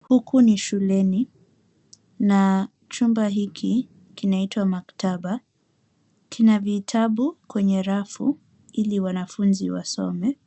Huku ni shuleni, na chumba hiki kinaitwa maktaba. Kina vitabu kwenye rafu ili wanafunzi wasome.